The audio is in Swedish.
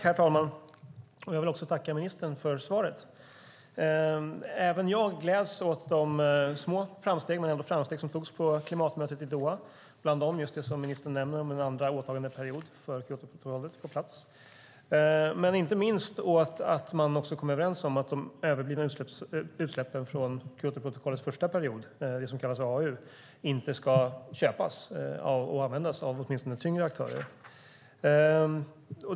Herr talman! Jag vill tacka ministern för svaret. Även jag gläds åt de framsteg - de var små, men de var ändå framsteg - som gjordes på klimatmötet i Doha, bland annat just det klimatministern nämner om en andra åtagandeperiod för Kyotoprotokollet på plats. Jag gläds inte minst åt att man kom överens om att de överblivna utsläppen från Kyotoprotokollets första period, det som kallas för AAU:er, inte ska köpas och användas av tyngre aktörer.